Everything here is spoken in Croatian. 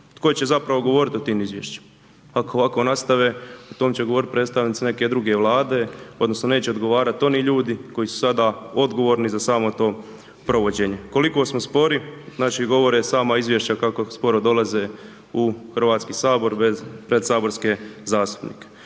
Tko će zapravo govoriti o tim izvješćima? Ako ovako nastave o tome će govoriti predstavnici neke druge Vlade, odnosno neće odgovarati oni ljudi koji su sada odgovorni za samo to provođenje. Koliko smo spori, znači govore sama izvješća kako sporo dolaze u Hrvatski sabor, bez, pred saborske zastupnike.